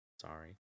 Sorry